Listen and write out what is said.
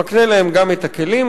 ומקנה להם גם את הכלים,